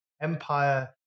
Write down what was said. empire